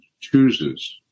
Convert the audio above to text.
chooses